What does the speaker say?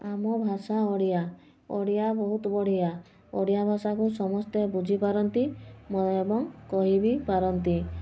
ଆମ ଭାଷା ଓଡ଼ିଆ ଓଡ଼ିଆ ବହୁତ ବଢ଼ିଆ ଓଡ଼ିଆ ଭାଷାକୁ ସମସ୍ତେ ବୁଝିପାରନ୍ତି ଏବଂ କହି ବି ପାରନ୍ତି